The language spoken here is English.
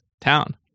town